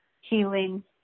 healing